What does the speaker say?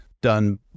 done